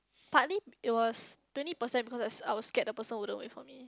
partly it was twenty percent because I was scared the person wouldn't wait for me